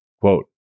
Quote